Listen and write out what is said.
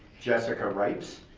jessica ripes,